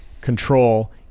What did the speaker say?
control